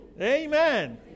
Amen